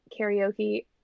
karaoke